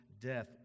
death